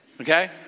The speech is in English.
okay